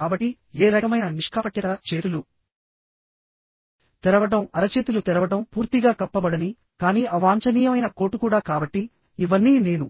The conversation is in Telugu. కాబట్టిఏ రకమైన నిష్కాపట్యత చేతులు తెరవడంఅరచేతులు తెరవడం పూర్తిగా కప్పబడనికానీ అవాంఛనీయమైన కోటు కూడా కాబట్టి ఇవన్నీ నేను